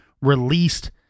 released